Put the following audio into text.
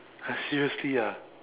!huh! seriously ah